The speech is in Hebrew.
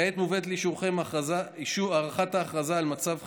כעת מובא לאישורכם אישור הארכת ההכרזה על מצב חירום.